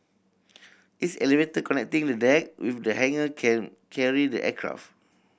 its elevator connecting the deck with the hangar can carry the aircraft